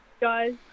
guys